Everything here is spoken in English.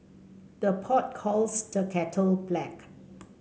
the pot calls the kettle black